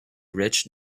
rich